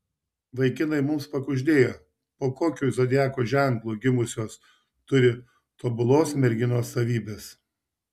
vaikinai mums pakuždėjo po kokiu zodiako ženklu gimusios turi tobulos merginos savybes